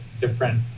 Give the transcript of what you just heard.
different